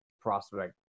prospect